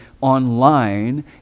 online